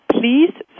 Please